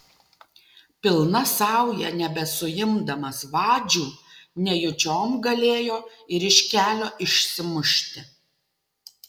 pilna sauja nebesuimdamas vadžių nejučiom galėjo ir iš kelio išsimušti